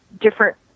different